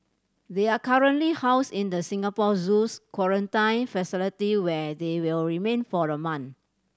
they are currently housed in the Singapore Zoo's quarantine facility where they will remain for a month